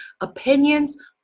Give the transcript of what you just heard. opinions